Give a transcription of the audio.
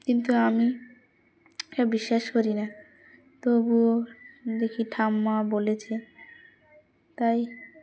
কিন্তু আমি এটা বিশ্বাস করি না তবুও দেখি ঠাম্মা বলেছে তাই